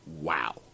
Wow